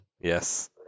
Yes